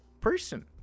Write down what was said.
person